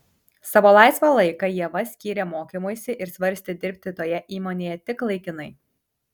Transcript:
savo laisvą laiką ieva skyrė mokymuisi ir svarstė dirbti toje įmonėje tik laikinai